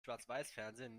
schwarzweißfernsehen